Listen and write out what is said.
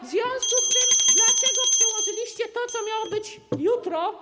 W związku z tym (Gwar na sali, dzwonek) dlaczego przełożyliście to, co miało być jutro?